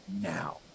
now